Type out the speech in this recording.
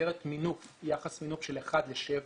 במסגרת מינוף, יחס מינוף של אחד לשבע,